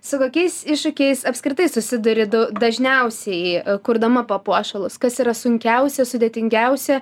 su kokiais iššūkiais apskritai susiduri du dažniausiai kurdama papuošalus kas yra sunkiausia sudėtingiausia